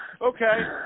Okay